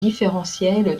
différentiel